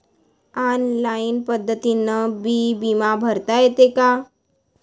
Online पद्धतीनं बी बिमा भरता येते का?